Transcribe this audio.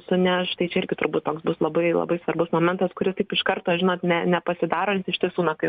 suneš tai čia irgi turbūt bus labai labai svarbus momentas kuris taip iš karto žinot ne nepasidarant iš tiesų na kai